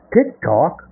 TikTok